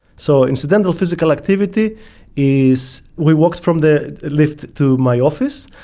so incidental physical activity is we walk from the lift to my office,